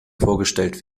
vorgestellt